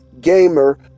gamer